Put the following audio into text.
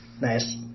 Nice